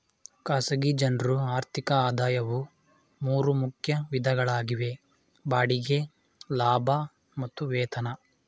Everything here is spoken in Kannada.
ಖಾಸಗಿ ಜನ್ರು ಆರ್ಥಿಕ ಆದಾಯವು ಮೂರು ಮುಖ್ಯ ವಿಧಗಳಾಗಿವೆ ಬಾಡಿಗೆ ಲಾಭ ಮತ್ತು ವೇತನ